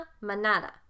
manada